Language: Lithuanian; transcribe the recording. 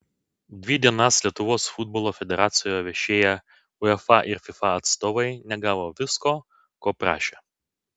dvi dienas lietuvos futbolo federacijoje viešėję uefa ir fifa atstovai negavo visko ko prašė